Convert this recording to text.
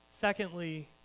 Secondly